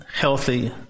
healthy